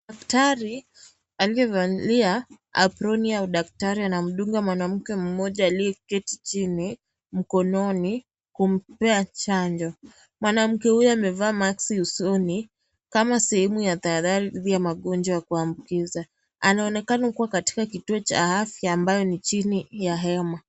Daktari, aliyevalia aproni ya udaktari anamdunga mwanamke mmoja aliyeketi chini mkononi, kumpea chanjo. Mwanamke huyu amevaa maski usoni kama sehemu ya tahadhari ya magonjwa ya kuambukiza. Anaoneka kuwa katika kituo cha afya ambayo ni chini ya hema.